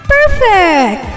Perfect